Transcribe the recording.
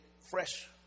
fresh